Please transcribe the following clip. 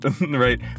right